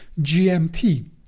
GMT